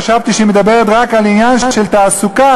חשבתי שהיא מדברת רק על עניין של תעסוקה,